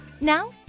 Now